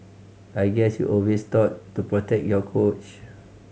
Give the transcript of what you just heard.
I guess you're always taught to protect your coach